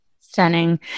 stunning